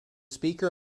speaker